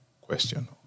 question